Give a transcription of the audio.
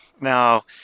Now